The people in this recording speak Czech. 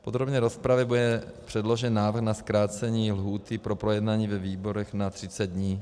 V podrobné rozpravě bude předložen návrh na zkrácení lhůty pro projednání ve výborech na 30 dní.